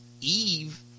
Eve